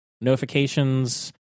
notifications